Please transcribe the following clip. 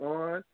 on